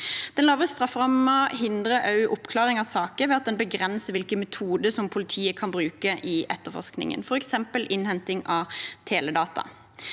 Den lave strafferammen hindrer oppklaring av saker ved at den begrenser hvilke metoder politiet kan bruke i etterforskningen, f.eks. innhenting av teledata.